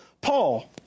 Paul